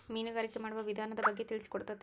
ಮೇನುಗಾರಿಕೆ ಮಾಡುವ ವಿಧಾನದ ಬಗ್ಗೆ ತಿಳಿಸಿಕೊಡತತಿ